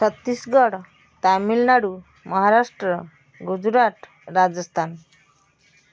Chhattisgarh Tamil Nadu Maharashtra Gujarat Rajasthan